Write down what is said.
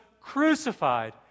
crucified